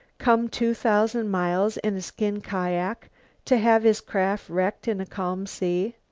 come two thousand miles in a skin kiak to have his craft wrecked in a calm sea.